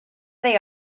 they